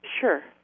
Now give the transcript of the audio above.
Sure